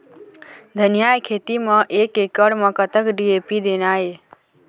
धनिया के खेती म एक एकड़ म कतक डी.ए.पी देना ये?